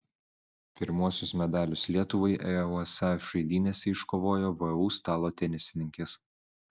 pirmuosius medalius lietuvai eusa žaidynėse iškovojo vu stalo tenisininkės